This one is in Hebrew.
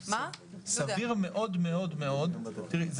סביר מאוד מאוד מאוד תראי,